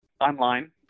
Online